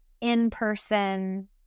in-person